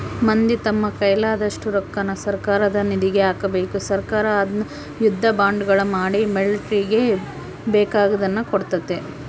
ಮಂದಿ ತಮ್ಮ ಕೈಲಾದಷ್ಟು ರೊಕ್ಕನ ಸರ್ಕಾರದ ನಿಧಿಗೆ ಹಾಕಬೇಕು ಸರ್ಕಾರ ಅದ್ನ ಯುದ್ಧ ಬಾಂಡುಗಳ ಮಾಡಿ ಮಿಲಿಟರಿಗೆ ಬೇಕಿರುದ್ನ ಕೊಡ್ತತೆ